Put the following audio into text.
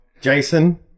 Jason